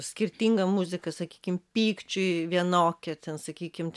skirtinga muzika sakykim pykčiui vienokia ten sakykim ten